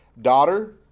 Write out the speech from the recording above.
Daughter